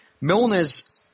Milner's